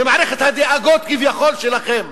ממערכת הדאגות כביכול שלכם,